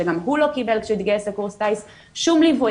שגם הוא לא קיבל כשהוא התגייס לקורס טייס שום ליווי,